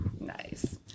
nice